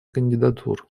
кандидатур